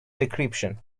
decryption